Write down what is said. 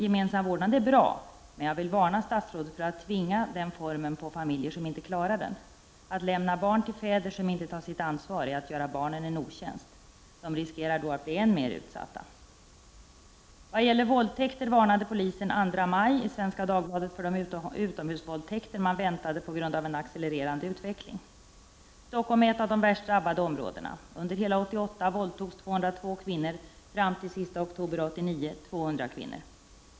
Gemensam vårdnad är bra, men jag vill varna statsrådet för att tvinga den formen på familjer som inte klarar den. Att lämna barn till fäder som inte tar sitt ansvar är att göra barnen en otjänst. De riskerar då att bli än mer utsatta. Vad gäller våldtäkter varnade polisen den 2 maj i Svenska Dagbladet för de utomhusvåldtäkter man befarade på grund av en accelererande utveckling. Stockholm är ett av de värst drabbade områdena. Under hela 1988 våldtogs 202 kvinnor och under 1989 fram till den sista oktober 200 kvinnor.